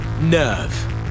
Nerve